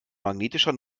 magnetischer